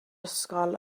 ysgol